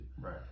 right